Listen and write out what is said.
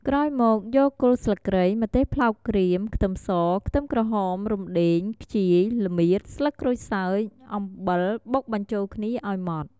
ក្រោយមកយកគល់ស្លឹកគ្រៃ ម្ទេសប្លោកក្រៀម ខ្ទឹមស ខ្ទឹមក្រហម រំដេង ខ្ជាយ ល្មៀត ស្លឹកក្រូចសើច អំបិលបុកបញ្ចូលគ្នាឲ្យម៉ដ្ឋ។